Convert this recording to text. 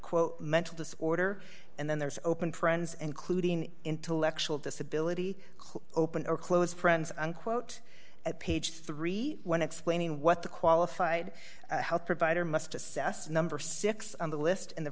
quote mental disorder and then there's open friends and clued in intellectual disability open or close friends unquote at page three when explaining what the qualified health provider must assess number six on the list and the